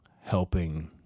helping